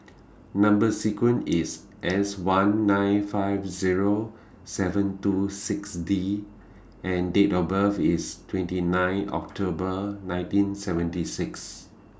Number sequence IS S one nine five Zero seven two six D and Date of birth IS twenty nine October nineteen seventy six